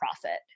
profit